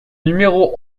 numéro